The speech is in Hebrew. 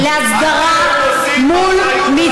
אתם נושאים באחריות למצב בעזה, להסדרה מול מצרים.